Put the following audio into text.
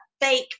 fake